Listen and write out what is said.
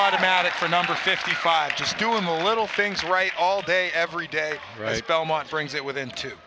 automatic for number fifty five just doing the little things right all day every day right belmont brings it with in